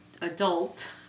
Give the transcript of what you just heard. adult